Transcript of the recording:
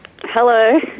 hello